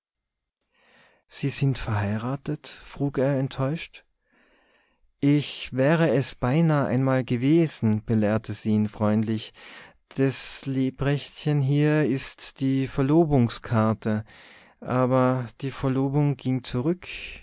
sie sind verheiratet frug er enttäuscht ich wäre es beinahe einmal gewesen belehrte sie ihn freundlich das lebrechtchen hier ist die verlobungskarte aber die verlobung ging zurück